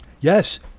Yes